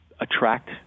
attract